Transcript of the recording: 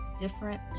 different